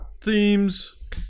themes